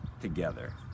together